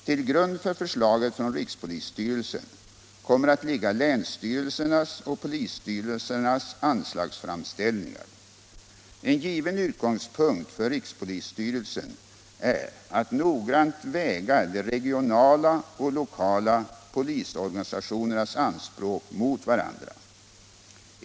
Till grund för förslaget från rikspolisstyrelsen kommer att ligga länsstyrelsernas och polisstyrelsernas anslagsframställningar. En given utgångspunkt för rikspolisstyrelsen är att noggrant väga de regionala och lokala polisorganisationernas anspråk mot varandra.